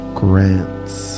grants